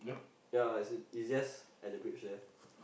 ya it's just at the bridge there